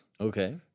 okay